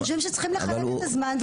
אני חושבת שצריך לחלק את הזמן.